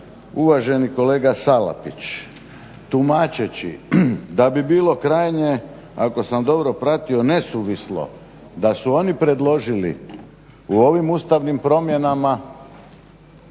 uvaženi kolega Salapić tumačeći da bi bilo krajnje, ako sam dobro pratio nesuvislo da su oni predložili u ovim ustavnim promjenama